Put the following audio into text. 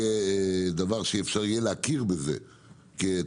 אולי שזה יהיה דבר שאפשר יהיה להכיר בזה כתרומה,